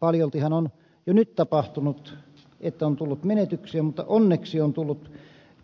paljoltihan on jo nyt tapahtunut että on tullut menetyksiä mutta onneksi on tullut